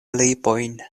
lipojn